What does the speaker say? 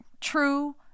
true